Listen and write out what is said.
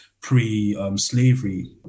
pre-slavery